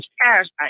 parasite